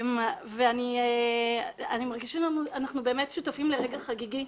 אני מרגישה שאנחנו באמת שותפים לרגע חגיגי,